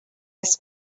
his